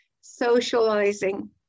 Socializing